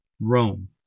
Rome